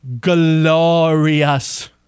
glorious